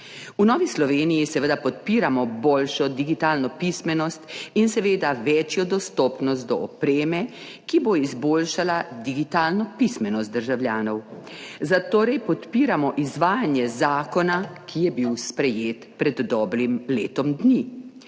V Novi Sloveniji seveda podpiramo boljšo digitalno pismenost in seveda večjo dostopnost do opreme, ki bo izboljšala digitalno pismenost državljanov, zatorej podpiramo izvajanje zakona, ki je bil sprejet pred dobrim letom dni.